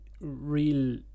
real